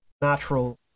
natural